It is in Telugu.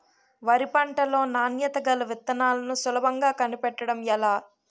వరి పంట లో నాణ్యత గల విత్తనాలను సులభంగా కనిపెట్టడం ఎలా?